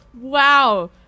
Wow